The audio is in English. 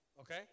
Okay